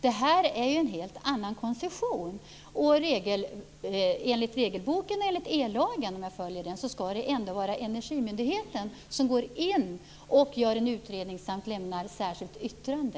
Det är fråga om en helt annan koncession, och enligt ellagen är det energimyndigheten som skall göra utredningen samt avlämna ett särskilt yttrande.